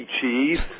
Cheese